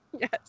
yes